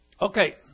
Okay